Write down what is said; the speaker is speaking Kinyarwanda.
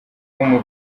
uwo